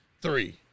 three